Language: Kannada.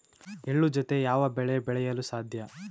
ಎಳ್ಳು ಜೂತೆ ಯಾವ ಬೆಳೆ ಬೆಳೆಯಲು ಸಾಧ್ಯ?